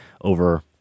over